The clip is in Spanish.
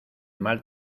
mal